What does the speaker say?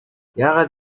яагаад